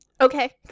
Okay